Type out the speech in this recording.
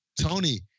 Tony